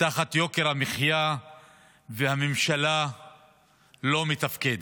תחת יוקר המחיה והממשלה לא מתפקדת.